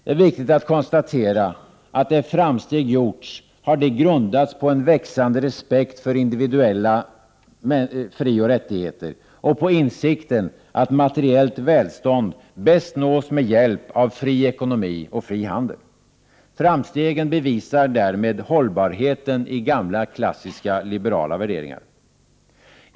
Det är viktigt att konstatera att där framsteg gjorts har de grundats på en växande respekt för individuella frioch rättigheter och på insikten att materiellt välstånd bäst nås med hjälp av fri ekonomi och fri handel. Framstegen bevisar därmed hållbarheten i gamla klassiska liberala värderingar.